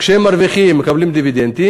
כשהם מרוויחים הם מקבלים דיבידנדים,